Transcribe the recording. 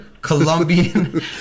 Colombian